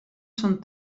són